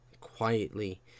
quietly